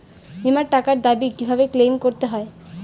বিমার টাকার দাবি কিভাবে ক্লেইম করতে হয়?